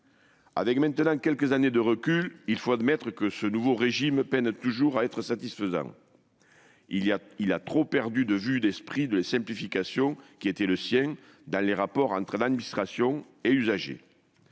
Avec quelques années de recul, il faut admettre que ce nouveau régime peine toujours à être satisfaisant. Il a trop perdu de vue l'esprit de simplification qui était le sien dans les rapports entre administration et usagers.